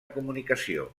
comunicació